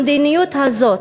המדיניות הזאת